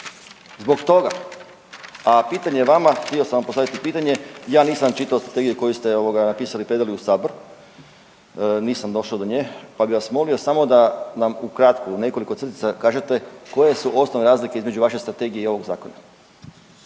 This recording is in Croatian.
Zbog toga. A pitanje vama, htio sam postaviti pitanje, ja nisam čitao .../Govornik se ne razumije./... koje ste napisali i predali u Sabor, nisam došao do nje pa bi vas molio samo da nam ukratko u nekoliko crtica kažete koje su osnovne razlike između vaše strategije i ovog Zakona?